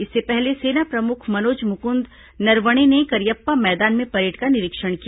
इससे पहले सेना प्रमुख मनोज मुकूंद नरवणे ने करियप्पा मैदान में परेड का निरीक्षण किया